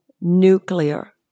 nuclear